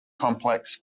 complex